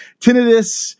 tinnitus